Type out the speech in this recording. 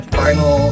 final